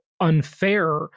unfair